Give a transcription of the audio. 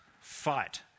fight